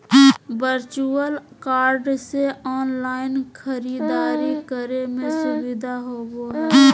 virtual card से online खरीदारी करे में सुबधा होबो हइ